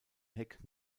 heck